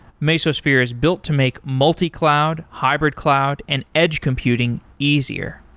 mesosphere is built to make multi-cloud, hybrid cloud and edge computing easier.